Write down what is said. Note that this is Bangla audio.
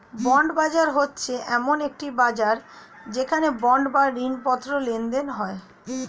বন্ড বাজার হচ্ছে এমন একটি বাজার যেখানে বন্ড বা ঋণপত্র লেনদেন হয়